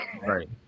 right